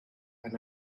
and